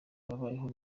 babayeho